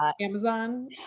Amazon